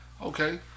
Okay